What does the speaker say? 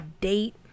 date